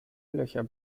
löcher